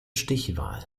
stichwahl